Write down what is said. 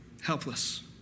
helpless